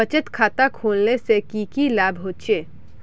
बचत खाता खोलने से की की लाभ होचे?